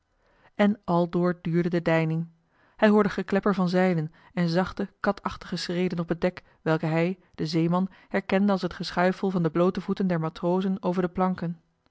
en aldoor duurde de deining hij hoorde geklepper van zeilen en zachte katachtige schreden op het dek welke hij de zeeman herkende als het geschuifel joh h been paddeltje de scheepsjongen van michiel de ruijter van de bloote voeten der matrozen over de planken